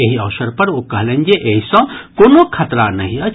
एहि अवसर पर ओ कहलनि जे एहि सँ कोनो खतरा नहि अछि